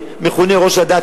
המכונה "ראש הדת",